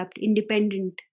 independent